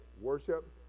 Worship